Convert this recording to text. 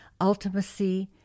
ultimacy